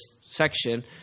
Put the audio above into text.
section